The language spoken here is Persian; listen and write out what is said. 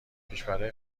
کشورهای